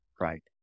right